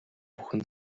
бүхэн